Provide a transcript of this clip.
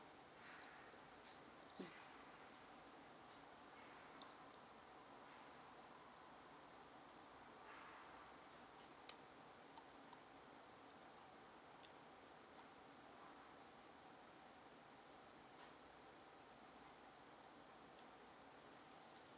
mm